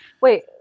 Wait